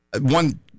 one